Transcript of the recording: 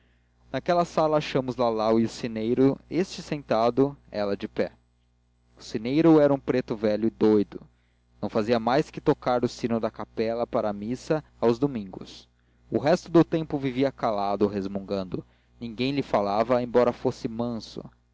naquela sala achamos lalau e o sineiro este sentado ela de pé o sineiro era um preto velho e doudo não fazia mais que tocar o sino da capela para a missa aos domingos o resto do tempo vivia calado ou resmungando ninguém lhe falava embora fosse manso